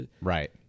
Right